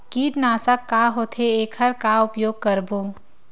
कीटनाशक का होथे एखर का उपयोग करबो?